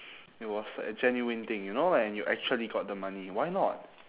it was a genuine thing you know and you actually got the money why not